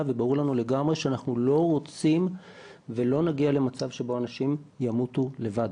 וברור לנו לגמרי שאנחנו לא רוצים ולא נגיע למצב שבו אנשים ימותו לבד.